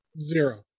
zero